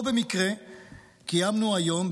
לא במקרה קיימנו היום,